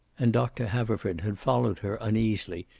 and doctor haverford had followed her uneasily,